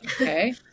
okay